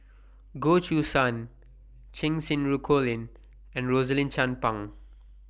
Goh Choo San Cheng Xinru Colin and Rosaline Chan Pang